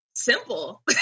Simple